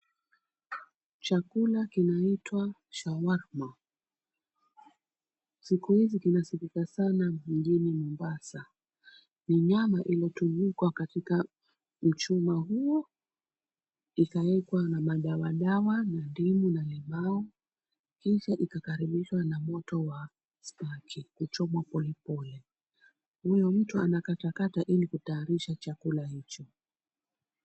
Chakula kinachoitwa shawarma. Siku hizi kinasikika sana jijini Mombasa. Ni nyama imetundikwa katika mchuma huo ikawekwa na madawadawa na ndimu na limau kisha ikakaribishwa na moto wa spaki kuchomwa polepole. Huyo mtu anakatakata ili kutayarisha chakula hicho.